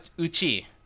uchi